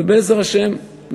ובעזרת השם,